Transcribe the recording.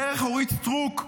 דרך אורית סטרוק,